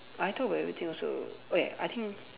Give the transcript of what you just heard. I talk about everything also wait I think